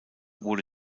wurde